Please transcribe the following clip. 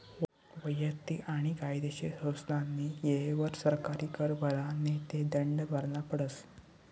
वैयक्तिक आणि कायदेशीर संस्थास्नी येयवर सरकारी कर भरा नै ते दंड भरना पडस